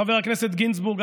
חבר הכנסת גינזבורג,